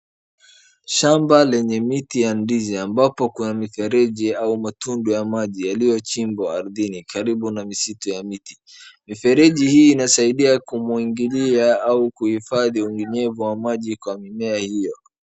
Shamba lenye miti ya ndizi ambapo kuna mifereji au matundu ya maji yaliyochimbwa ardhini karibu na misitu ya miti. Mifereji hii inasaidia kumwingilia au kuhifadhi unyunyevu wa maji kwa mimea hiyo.